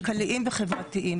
כלכליים וחברתיים.